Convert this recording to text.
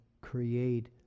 create